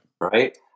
Right